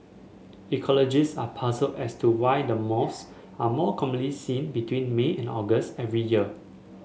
ecologist are puzzled as to why the moths are more commonly seen between May and August every year